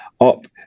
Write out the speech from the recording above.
up